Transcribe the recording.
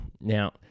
Now